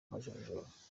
majonjora